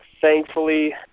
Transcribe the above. Thankfully